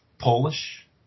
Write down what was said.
Polish